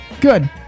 good